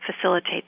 facilitate